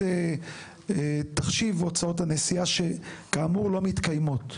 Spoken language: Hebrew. תחשיב הוצאות הנסיעה שכאמור לא מתקיימות.